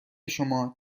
شما